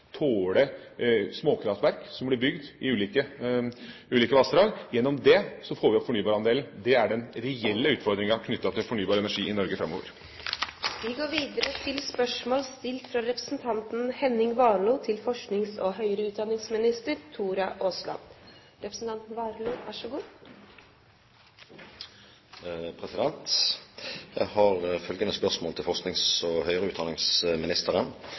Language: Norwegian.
tåle at småkraftverk blir bygd i ulike vassdrag. Gjennom det får vi opp fornybarandelen. Det er den reelle utfordringen knyttet til fornybar energi i Norge framover. Jeg har følgende spørsmål til forsknings- og høyere utdanningsministeren: «Regjeringen ønsker at flere studenter i fremtiden skal studere i utlandet. Dette forutsetter gode og